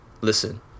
listen